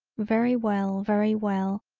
very well very well,